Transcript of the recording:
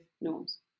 norms